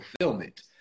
fulfillment